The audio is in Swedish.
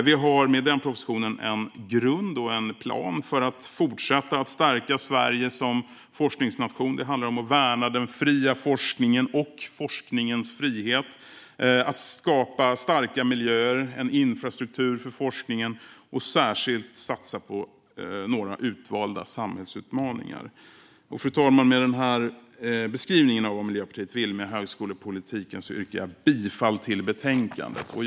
Vi har med den propositionen en grund och en plan för att fortsätta att stärka Sverige som forskningsnation. Det handlar om att värna den fria forskningen och forskningens frihet, att skapa starka miljöer och en infrastruktur för forskningen och att särskilt satsa på några utvalda samhällsutmaningar. Fru talman! Med den beskrivningen av vad Miljöpartiet vill med högskolepolitiken yrkar jag bifall till utskottets förslag i betänkandet.